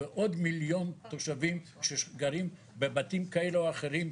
ועוד 1,000,000 תושבים שגרים בבתים כאלו או אחרים,